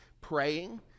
praying